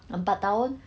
empat tahun